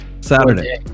Saturday